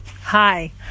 Hi